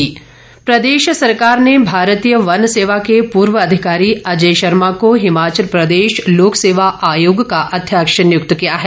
आयोग अध्यक्ष प्रदेश सरकार ने भारतीय वन सेवा के पूर्व अधिकारी अजय शर्मा को हिमाचल प्रदेश लोक सेवा आयोग का अध्यक्ष नियुक्त किया है